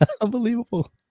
unbelievable